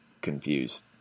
confused